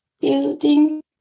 building